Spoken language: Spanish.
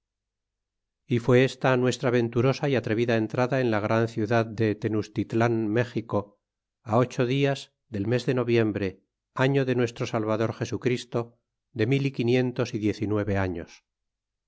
y fue esta nuestra venturosa é atrevida entrada en la gran ciudad de tenustitlan méxico ocho dias del mes de noviembre año de nuestro salvador jesu christo de mil y quinientos y diez y nueve arios